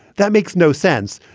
that makes no sense.